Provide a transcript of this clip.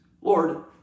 Lord